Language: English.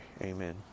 Amen